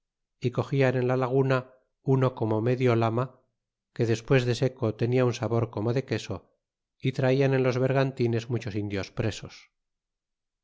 y cogian en la laguna uno como medio lama que despues de seco tenia un sabor como de queso y tratan en los bergantines muchos indios presos